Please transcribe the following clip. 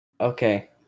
Okay